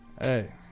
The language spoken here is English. Hey